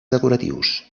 decoratius